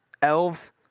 Elves